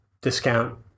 discount